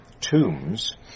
tombs